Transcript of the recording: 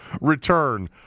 return